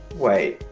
wait,